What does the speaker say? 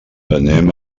anem